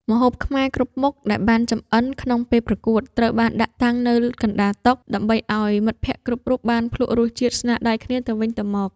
ម្ហូបខ្មែរគ្រប់មុខដែលបានចម្អិនក្នុងពេលប្រកួត ត្រូវបានដាក់តាំងនៅកណ្ដាលតុ ដើម្បីឱ្យមិត្តភក្តិគ្រប់គ្នាបានភ្លក្សរសជាតិស្នាដៃគ្នាទៅវិញទៅមក។